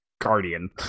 guardian